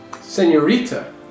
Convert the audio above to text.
Senorita